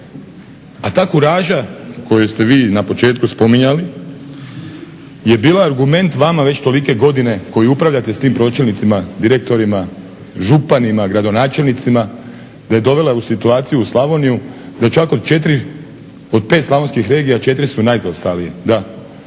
A ta kuraža koju ste vi na početku spominjali je bila argument vama već tolike godine koji upravljate s tim pročelnicima, direktorima, županima, gradonačelnicima da je dovela u situaciju u Slavoniju da čak od 5 slavonskih regija 4 su najzaostalije.